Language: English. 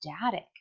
static